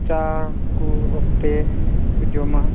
ᱪᱟ ᱠᱚ ᱚᱠᱛᱮ ᱠᱚ ᱡᱚᱢᱟ